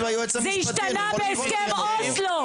זה השתנה בהסכם אוסלו.